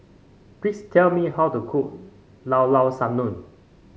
please tell me how to cook Llao Llao Sanum